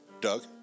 Doug